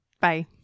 Bye